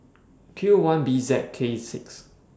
Q one B Z K six